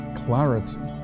clarity